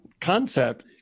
concept